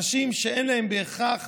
אנשים שאין להם בהכרח